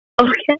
okay